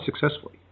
successfully